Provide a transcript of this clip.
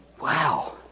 Wow